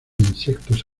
insectos